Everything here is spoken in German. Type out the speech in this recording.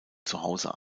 zuhause